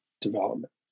development